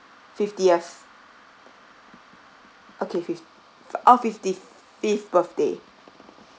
fifty years okay fifty oh fifty fifth birthday